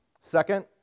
Second